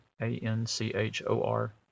A-N-C-H-O-R